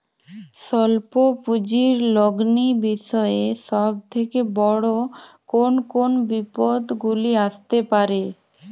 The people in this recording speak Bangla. স্বল্প পুঁজির লগ্নি বিষয়ে সব থেকে বড় কোন কোন বিপদগুলি আসতে পারে?